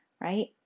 right